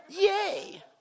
Yay